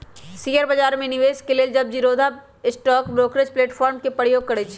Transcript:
share बजार में निवेश के लेल हम जीरोधा स्टॉक ब्रोकरेज प्लेटफार्म के प्रयोग करइछि